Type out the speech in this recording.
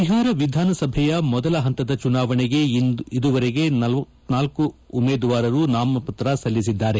ಬಿಹಾರ ವಿಧಾನಸಭೆಯ ಮೊದಲ ಹಂತದ ಚುನಾವಣೆಗೆ ಇದುವರೆಗೆ ಳಳ ಉಮೇದುವಾರರು ನಾಮಪತ್ರ ಸಲ್ಲಿಸಿದ್ದಾರೆ